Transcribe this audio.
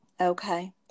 okay